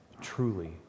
Truly